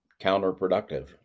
counterproductive